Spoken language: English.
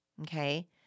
Okay